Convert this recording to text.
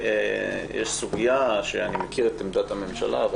ויש סוגיה בה אני מכיר את עמדת הממשלה אבל